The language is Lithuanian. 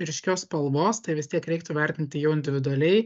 ryškios spalvos tai vis tiek reiktų vertinti jau individualiai